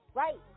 right